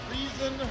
reason